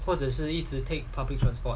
或者是一直 take public transport